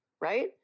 Right